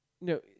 no